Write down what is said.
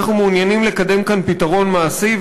אנחנו מעוניינים לקדם כאן פתרון מעשי,